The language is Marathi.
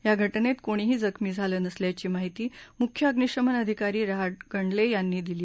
या घटनेत कोणीही जखमी झालं नसल्याची माहिती मुख्य अग्निशमन अधिकारी राहंगडले यांनी दिली